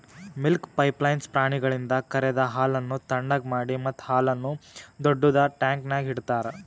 milk pipeline ಪ್ರಾಣಿಗಳಿಂದ ಕರೆದ ಹಾಲನ್ನು ಥಣ್ಣಗ್ ಮಾಡಿ ಮತ್ತ ಹಾಲನ್ನು ದೊಡ್ಡುದ ಟ್ಯಾಂಕ್ನ್ಯಾಗ್ ಇಡ್ತಾರ